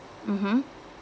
mmhmm